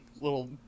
little